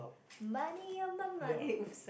money on my mind eh oops sorry